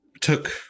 took